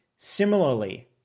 Similarly